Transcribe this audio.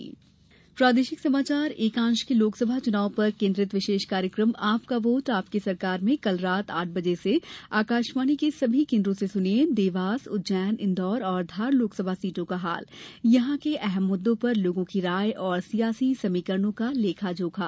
विशेष कार्यक्रम प्रादेशिक समाचार एकांश के लोकसभा चुनाव पर केन्द्रित विशेष कार्यक्रम आपका वोट आपकी सरकार में कल रात आठ बजे से आकाशवाणी के सभी केन्द्रों से सुनिए देवास उज्जैन इन्दौर और धार लोकसभा सीटों का हाल यहां के अहम मुददों पर लोगों की राय और सियासी समीकरणों का लेखा जोखा